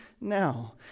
now